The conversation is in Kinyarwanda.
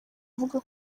avuga